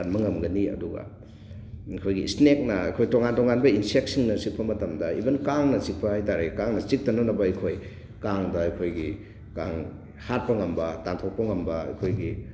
ꯀꯟꯕ ꯉꯝꯒꯅꯤ ꯑꯗꯨꯒ ꯑꯩꯈꯣꯏꯒꯤ ꯏ꯭ꯁꯅꯦꯛꯅ ꯑꯩꯈꯣꯏ ꯇꯣꯉꯥꯟ ꯇꯣꯉꯥꯟꯕ ꯏꯟꯁꯦꯛꯁꯤꯡꯅ ꯆꯤꯛꯄ ꯃꯇꯝꯗ ꯏꯕꯟ ꯀꯥꯡꯅ ꯆꯤꯛꯄ ꯍꯥꯏꯇꯥꯔꯦ ꯀꯥꯡꯅ ꯆꯤꯛꯇꯅꯅꯕ ꯑꯩꯈꯣꯏ ꯀꯥꯡꯗ ꯑꯩꯈꯣꯏꯒꯤ ꯀꯥꯡ ꯍꯥꯠꯄ ꯉꯝꯕ ꯇꯥꯟꯊꯣꯛꯄ ꯉꯝꯕ ꯑꯩꯈꯣꯏꯒꯤ